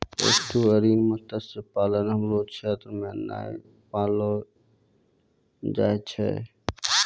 estuarine मत्स्य पालन हमरो क्षेत्र मे नै पैलो जाय छै